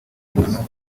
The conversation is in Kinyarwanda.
nkana